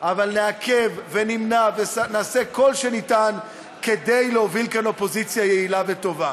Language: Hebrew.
אבל נעכב ונמנע ונעשה כל שניתן כדי להוביל כאן אופוזיציה יעילה וטובה.